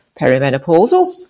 perimenopausal